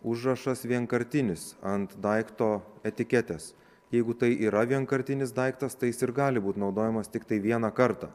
užrašas vienkartinis ant daikto etiketės jeigu tai yra vienkartinis daiktas tai jis ir gali būti naudojamas tiktai vieną kartą